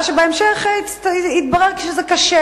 בהמשך התברר שזה קשה,